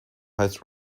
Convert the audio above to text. heißt